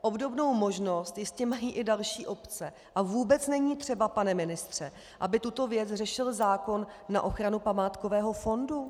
Obdobnou možnost jistě mají i další obce a vůbec není třeba, pane ministře, aby tuto věc řešil zákon na ochranu památkového fondu.